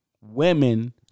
women